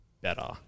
better